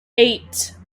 eight